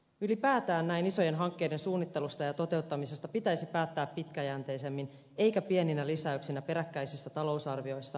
ylipäätään näin isojen hankkeiden suunnittelusta ja toteuttamisesta pitäisi päättää pitkäjänteisemmin eikä pieninä lisäyksinä peräkkäisissä talousarvioissa ja lisätalousarvioissa